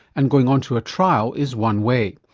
and going onto a trial is one way.